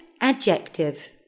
adjective